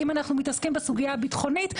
אם אנחנו מתעסקים בסוגיה הביטחונית,